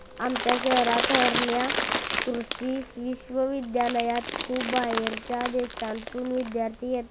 आमच्या शहरात हरयाणा कृषि विश्वविद्यालयात खूप बाहेरच्या देशांतून विद्यार्थी येतात